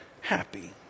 happy